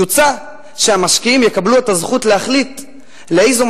יוצע שהמשקיעים יקבלו את הזכות להחליט לאיזו